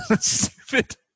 stupid